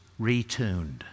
retuned